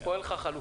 פה אין לך חלופה.